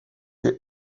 des